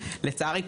לצערי,